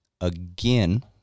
again